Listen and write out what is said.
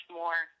more